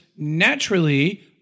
naturally